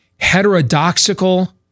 heterodoxical